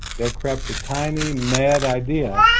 there crept a tiny, mad idea,